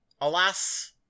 alas